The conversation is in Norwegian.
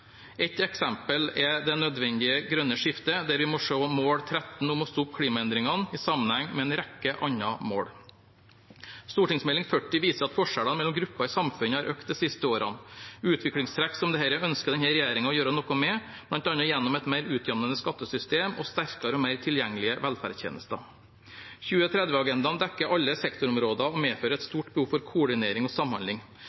Ett eksempel er det nødvendige grønne skiftet, der vi må se mål 13, om å stoppe klimaendringene, i sammenheng med en rekke andre mål. Meld. St. 40 for 2020–2021 viser at forskjellene mellom grupper i samfunnet har økt de siste årene. Utviklingstrekk som dette ønsker denne regjeringen å gjøre noe med, bl.a. gjennom et mer utjamnende skattesystem og sterkere og mer tilgjengelige velferdstjenester. 2030-agendaen dekker alle sektorområder og medfører et